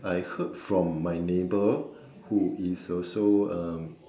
I heard from my neighbor who is also um